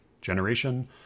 generation